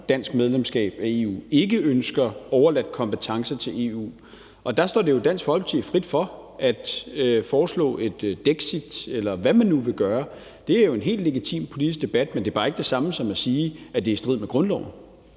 dansk medlemskab af EU og ikke ønsker, at der overlades kompetencer til EU, og der står det jo Dansk Folkeparti frit for at foreslå et dexit, eller hvad man nu vil have. Det er jo en helt legitim politisk debat. Men det er bare ikke det samme som at sige, at det i strid med grundloven.